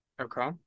Okay